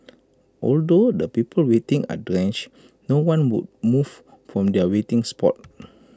although the people waiting are drenched no one would moved from their waiting spots